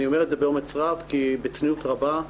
אני אומר באומץ רב כי בצניעות רבה,